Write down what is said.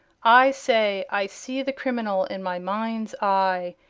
i say i see the criminal, in my mind's eye,